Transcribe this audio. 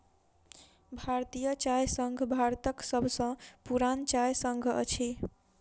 भारतीय चाय संघ भारतक सभ सॅ पुरान चाय संघ अछि